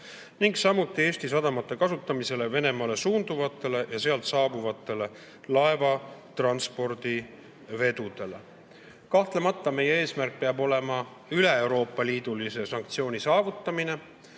samuti Eesti sadamate kasutamisele Venemaale suunduvatele ja sealt saabuvatele laevatranspordi vedudele. Kahtlemata meie eesmärk peab olema üleeuroopalise sanktsiooni saavutamine.